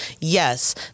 Yes